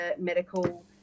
medical